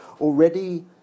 already